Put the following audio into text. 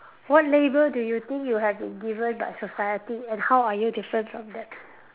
what label do you think you have been given by society and how are you different from them